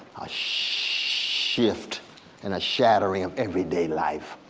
a shift and a shattering of everyday life,